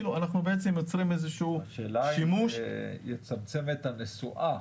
אנחנו בעצם יוצרים איזה שהוא שימוש --- השאלה אם זה יצמצם את הנסועה,